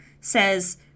says